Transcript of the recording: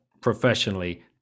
professionally